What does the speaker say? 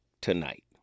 tonight